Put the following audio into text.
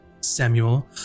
Samuel